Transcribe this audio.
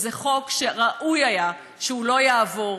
וזה חוק שראוי היה שלא יעבור.